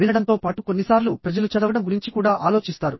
వినడంతో పాటు కొన్నిసార్లు ప్రజలు చదవడం గురించి కూడా ఆలోచిస్తారు